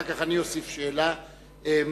אחר כך אני אוסיף שאלה מטעמי,